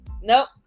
nope